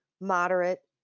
moderate